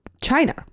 china